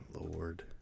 Lord